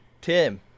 Tim